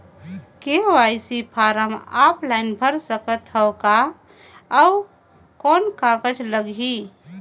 KYC form online भर सकत हवं का? अउ कौन कागज लगही?